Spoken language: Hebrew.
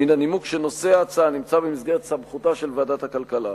מן הנימוק שנושא ההצעה נמצא במסגרת סמכותה של ועדת הכלכלה.